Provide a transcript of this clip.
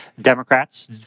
Democrats